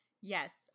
yes